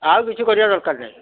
ଆଉ କିଛି କରିବା ଦରକାର ନାହିଁ